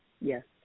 Yes